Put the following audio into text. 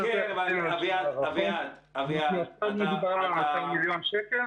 --- 200 מליון שקלים,